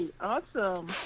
Awesome